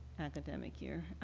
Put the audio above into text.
academic year.